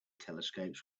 telescopes